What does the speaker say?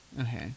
Okay